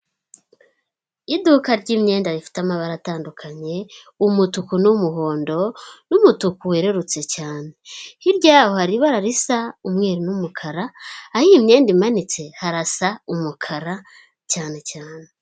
Iduka ry'imyenda rifite amabara atandukanye umutuku n'umuhondo n'umutuku werurutse cyane, hirya yaho hari ibara risa umweru n'umukara aho iyi myenda imanitse harasa umukara cyane cyane.